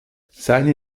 seine